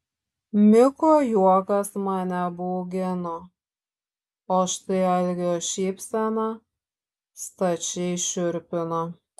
miko juokas mane baugino o štai algio šypsena stačiai šiurpino